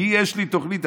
כי יש לי תוכנית.